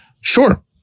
Sure